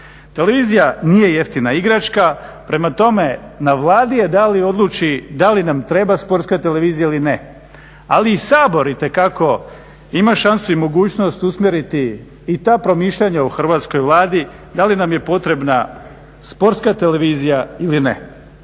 Televizija nije jeftina igračka, prema tome na Vladi je da li odluči da li nam treba sportska televizija ili ne ali i Sabor itekako ima šansu i mogućnost usmjeriti i ta promišljanja u Hrvatskoj Vladi, da li nam je potrebna sportska televizija ili ne,